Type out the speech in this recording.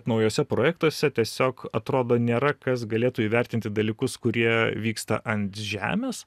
naujuose projektuose tiesiog atrodo nėra kas galėtų įvertinti dalykus kurie vyksta ant žemės